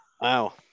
Wow